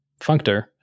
functor